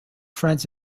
friends